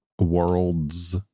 worlds